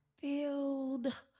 filled